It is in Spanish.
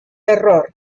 error